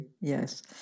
yes